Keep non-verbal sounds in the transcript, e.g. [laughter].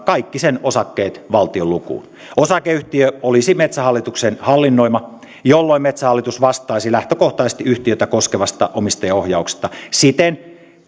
kaikki sen osakkeet valtion lukuun osakeyhtiö olisi metsähallituksen hallinnoima jolloin metsähallitus vastaisi lähtökohtaisesti yhtiötä koskevasta omistajaohjauksesta siten [unintelligible]